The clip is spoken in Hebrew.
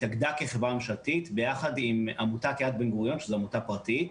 התאגדה כחברה ממשלתית ביחד עם עמותת "יד בן-גוריון" שזו עמותה פרטית.